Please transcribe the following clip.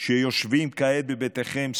יושבים כעת בבתיכם,